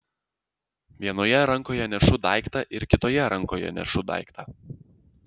vienoje rankoje nešu daiktą ir kitoje rankoje nešu daiktą